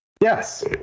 Yes